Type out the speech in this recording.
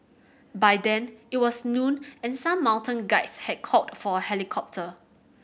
by then it was noon and some mountain guides had called for a helicopter